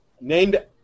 named